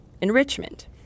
enrichment